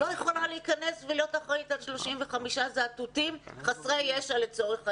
לא יכולה להיכנס ולהיות אחראית על 35 זאטוטים חסרי ישע לצורך העניין,